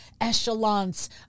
echelons